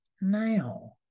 now